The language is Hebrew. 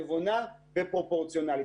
נבונה ופרורציונלית.